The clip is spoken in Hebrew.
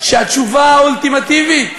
שהתשובה האולטימטיבית